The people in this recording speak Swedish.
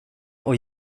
och